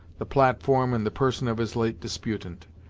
the platform and the person of his late disputant.